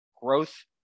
growth